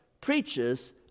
preaches